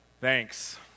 Thanks